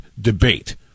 debate